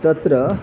तत्र